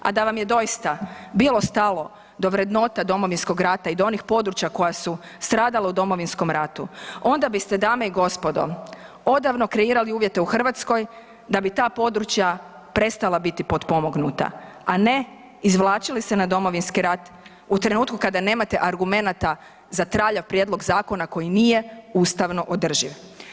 A da vam je doista bilo stalo do vrednota Domovinskog rata i do onih područja koja su stradala u Domovinskom ratu onda biste dame i gospodo odavno kreirali uvjete u Hrvatskoj da bi ta područja prestala biti potpomognuta, a ne izvlačili se na Domovinski rat u trenutku kada nemate argumenata za traljav prijedlog zakona koji nije ustavno održiv.